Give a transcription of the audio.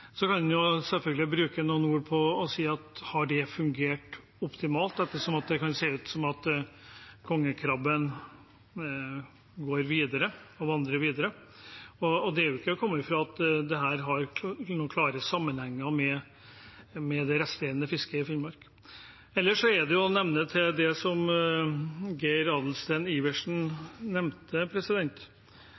Så kan en selvfølgelig bruke noen ord på å spørre om det har fungert optimalt, ettersom det kan se ut som at kongekrabben vandrer videre. Det er ikke til å komme fra at dette har noen klare sammenhenger med det resterende fisket i Finnmark. Ellers er det å si til det som representanten Geir Adelsten Iversen nevnte,